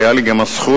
היתה לי גם הזכות,